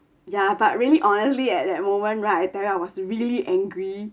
ya but really honestly at that moment right I tell you I was really angry